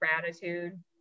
gratitude